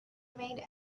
remained